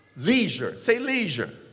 leisure. say, leisure.